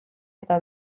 eta